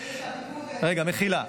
--- רגע, מחילה.